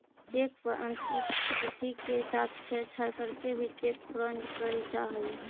cheque पर अंकित तिथि के साथ छेड़छाड़ करके भी चेक फ्रॉड कैल जा हइ